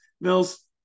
Mills